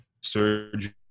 surgery